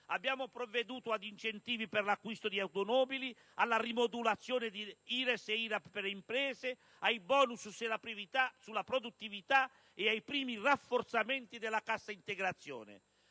abbiamo provveduto ad incentivi per l'acquisto di automobili, alla rimodulazione di IRES ed IRAP per le imprese, ai *bonus* sulla produttività e ai primi rafforzamenti della cassa integrazione.